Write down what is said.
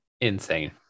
insane